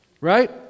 Right